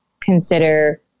consider